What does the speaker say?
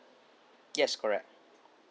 yes correct